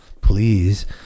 please